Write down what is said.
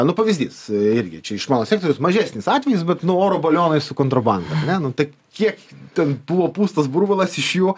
nu pavyzdys irgi čia iš mano sektoriaus mažesnis atvejis bet nu oro balionai su kontrabanda ar ne nu tai kiek ten buvo pūstas burbulas iš jų